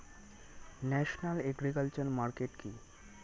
National agriculture market কি?